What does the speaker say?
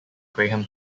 graham